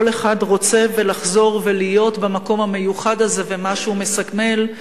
כל אחד רוצה לחזור ולהיות במקום המיוחד הזה ומה שהוא מסמל,